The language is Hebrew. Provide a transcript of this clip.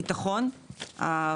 הביטחון,